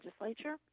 legislature